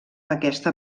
aquesta